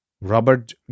Robert